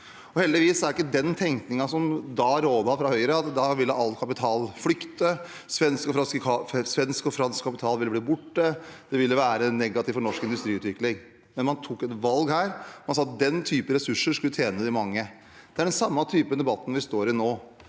heldigvis råder ikke nå den tenkningen som da rådet fra Høyre, at da ville all kapital flykte, svensk og fransk kapital ville bli borte, det ville være negativt for norsk industriutvikling. Man tok et valg her, man sa at den typen ressurser skulle tjene de mange. Det er den samme typen debatt vi står i nå.